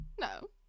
No